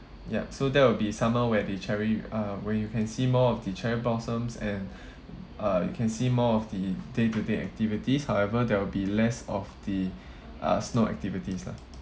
yup so that will be summer where the cherry uh where you can see more of the cherry blossoms and uh you can see more of the day to day activities however there will be less of the uh snow activities lah